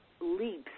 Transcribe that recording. leaps